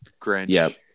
Grinch